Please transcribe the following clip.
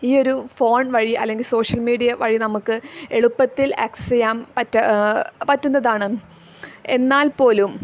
ഈ ഒരു ഫോൺ വഴി അല്ലെങ്കിൽ സോഷ്യൽ മീഡിയ വഴി നമുക്ക് എളുപ്പത്തിൽ ആക്സസ് ചെയ്യാൻ പറ്റുന്നതാണ് എന്നാൽ പോലും